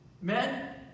Men